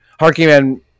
Harkyman